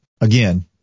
Again